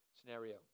scenario